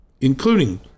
including